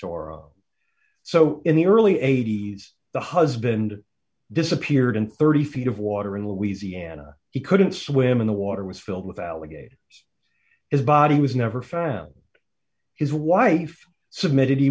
or so in the early eighty's the husband disappeared thirty feet of water in louisiana he couldn't swim in the water was filled with alligators his body was never found his wife submitted he